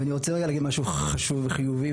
ואני רוצה רגע להגיד משהו חשוב וחיובי,